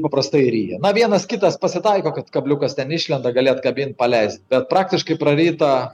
paprastai ryja na vienas kitas pasitaiko kad kabliukas ten išlenda gali atkabint paleist bet praktiškai prarytą